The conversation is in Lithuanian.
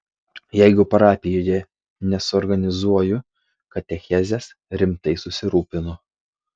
jeigu parapijoje nesuorganizuoju katechezės rimtai susirūpinu